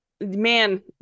man